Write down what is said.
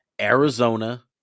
Arizona